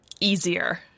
easier